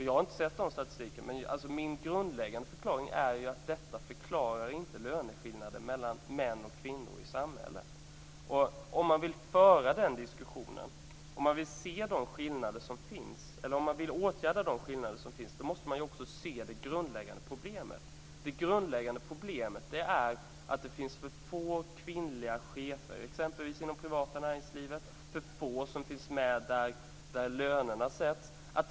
Jag har inte sett den statistiken, men min grundläggande förklaring är att detta inte förklarar löneskillnader mellan män och kvinnor i samhället. Om man vill föra den diskussionen och vill åtgärda de skillnader som finns, måste man också se det grundläggande problemet. Det är att det finns för få kvinnliga chefer, exempelvis inom privata näringslivet, och för få kvinnor som är med där lönerna sätts.